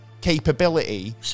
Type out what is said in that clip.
capability